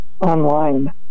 online